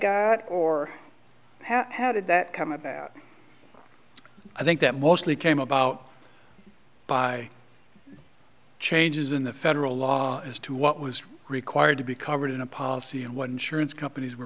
got or have had that come about i think that mostly came about by changes in the federal law as to what was required to be covered in a policy and one insurance companies were